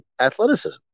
athleticism